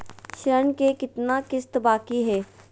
ऋण के कितना किस्त बाकी है?